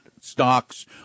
stocks